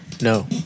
No